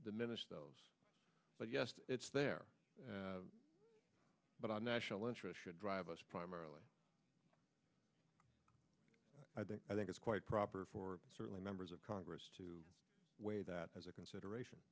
diminish those but yes it's there but our national interest should drive us primarily i think it's quite proper for certainly members of congress to weigh that as a consideration